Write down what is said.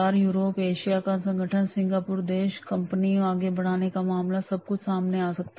Europe Asia का गठबंधन Singapore देश और कंपनी को आगे बढ़ाने वाले मुद्दे भी सामने आ सकते हैं